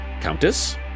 Countess